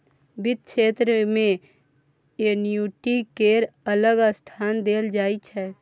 बित्त क्षेत्र मे एन्युटि केँ अलग स्थान देल जाइ छै